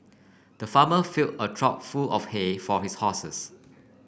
the farmer fill a trough full of hay for his horses